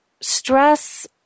stress